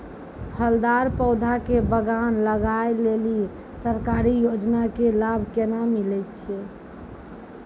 फलदार पौधा के बगान लगाय लेली सरकारी योजना के लाभ केना मिलै छै?